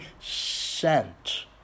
sent